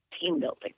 team-building